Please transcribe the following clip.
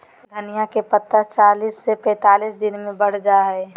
धनिया के पत्ता चालीस से पैंतालीस दिन मे बढ़ जा हय